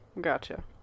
Gotcha